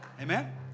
Amen